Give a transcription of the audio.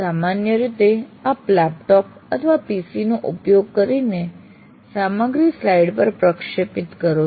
સામાન્ય રીતે આપ લેપટોપ અથવા PCનો ઉપયોગ કરીને સામગ્રી સ્લાઇડ પર પ્રક્ષેપિત કરો છો